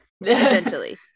essentially